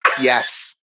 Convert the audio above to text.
Yes